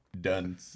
done